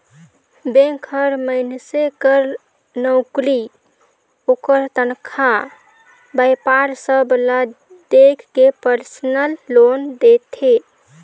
bank हर मइनसे कर नउकरी, ओकर तनखा, बयपार सब ल देख के परसनल लोन देथे